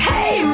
Hey